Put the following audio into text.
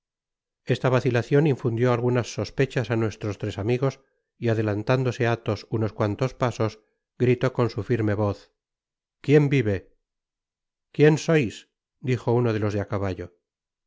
esta vacilacion infundió algunas sospechas á nuestros tres amigos y adelantándose athos unos cuantos pasos gritó con su firme voz quién vive quién sois dijo uno de los de ácaballo esa